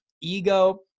ego